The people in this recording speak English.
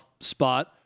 spot